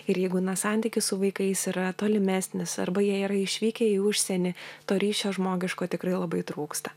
ir jeigu na santykis su vaikais yra tolimesnis arba jie yra išvykę į užsienį to ryšio žmogiško tikrai labai trūksta